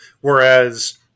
whereas